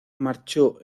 marchó